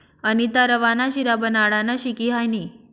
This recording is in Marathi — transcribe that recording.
अनीता रवा ना शिरा बनाडानं शिकी हायनी